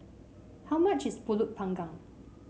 how much is pulut panggang